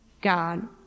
God